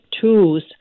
tools